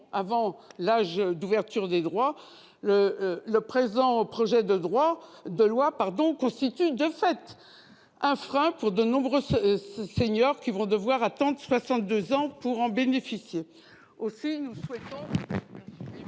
avant l'âge d'ouverture des droits -, le présent projet de loi constitue un frein pour de nombreux seniors, qui devront attendre d'avoir 62 ans pour en bénéficier.